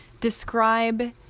describe